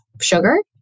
sugar